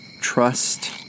trust